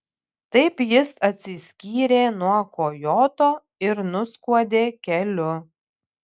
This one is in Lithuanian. taip jis atsiskyrė nuo kojoto ir nuskuodė keliu